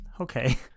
okay